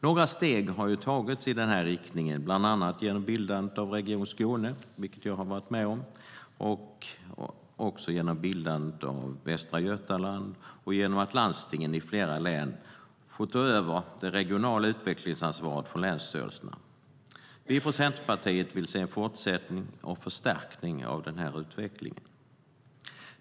Några steg har tagits i denna utveckling, bland annat genom bildandet av Region Skåne, som jag varit med om, och Region Västra Götaland och genom att landstingen i flera län fått ta över det regionala utvecklingsansvaret från länsstyrelserna. Vi i Centerpartiet vill se en fortsättning och förstärkning av denna utveckling.